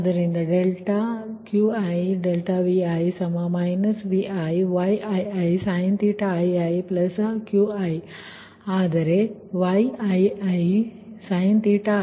ಆದ್ದರಿಂದ ∂Qi∂Vi |Vi||Yii|siniiQi ಆದರೆ |Yii|siniiBii